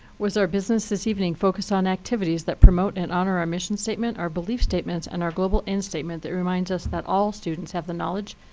was our business this evening focused on activities that promote and honor our mission statement, our belief statements, and our global end statement that reminds us that all students have the knowledge,